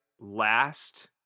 last